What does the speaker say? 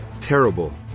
Terrible